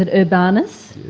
and urbanus,